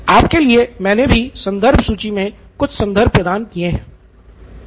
आपके लिए मैंने भी संदर्भ सूची में कुछ संदर्भ प्रदान किए हैं